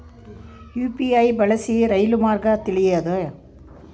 UPI ಬಳಸಿ ರೈಲು ಮಾರ್ಗ ತಿಳೇಬೋದ?